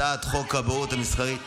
חברת הכנסת בן ארי,